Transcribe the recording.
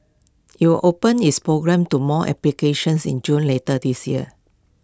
IT will open its program to more applications in June later this year